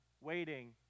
waiting